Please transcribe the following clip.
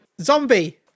Zombie